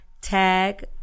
Tag